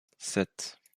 sept